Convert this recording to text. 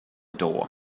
door